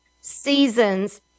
seasons